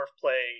play